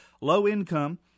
low-income